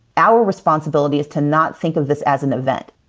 our responsibility is to not think of this as an event.